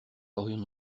aurions